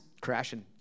crashing